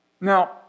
Now